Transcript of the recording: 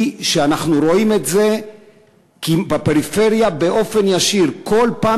היא שאנחנו רואים את זה בפריפריה באופן ישיר: כל פעם